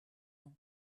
vent